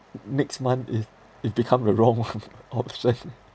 next month it it become the wrong [one] obsessed already